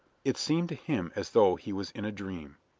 it seemed to him as though he was in a dream.